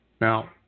Now